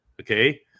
okay